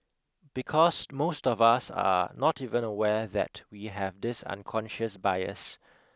because most of us are not even aware that we have this unconscious bias